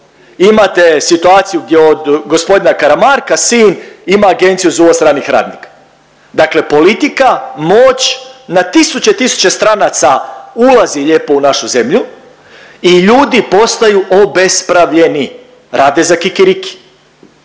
Imate situaciju gdje od gospodina Karamarka sin ima agenciju za uvoz stranih radnika. Dakle, politika, moć na tisuće, tisuće stranaca ulazi lijepo u našu zemlju i ljudi postaju obespravljeni, rade za kikiriki.